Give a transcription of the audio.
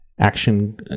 Action